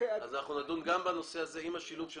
אנחנו נדון גם בנושא הזה עם השילוב של